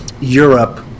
europe